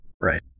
Right